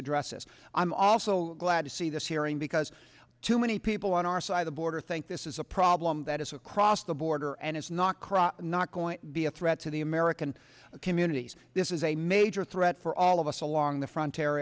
address this i'm also glad to see this hearing because too many people on our side of border think this is a problem that is across the border and it's not cross not going to be a threat to the american communities this is a major threat for all of us along the front